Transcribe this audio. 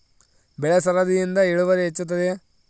ಬೆಳೆ ಸರದಿಯಿಂದ ಇಳುವರಿ ಹೆಚ್ಚುತ್ತದೆಯೇ?